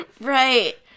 Right